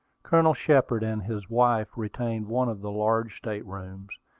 colonel shepard and his wife retained one of the large state-rooms,